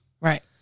Right